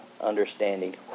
understanding